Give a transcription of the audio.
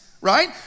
right